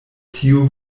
tiu